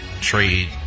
trade